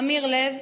עמיר לב,